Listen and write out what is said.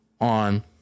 on